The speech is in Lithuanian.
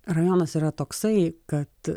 rajonas yra toksai kad